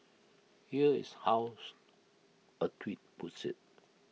here is how A tweet puts IT